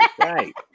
right